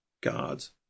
God's